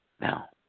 now